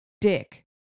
dick